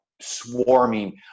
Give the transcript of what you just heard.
swarming